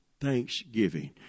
thanksgiving